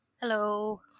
Hello